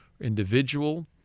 individual